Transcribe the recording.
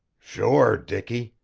sure, dicky.